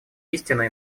истина